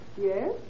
Yes